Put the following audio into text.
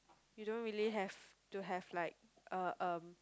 you don't really have to have like a um